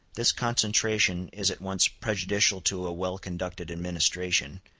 this concentration is at once prejudicial to a well-conducted administration,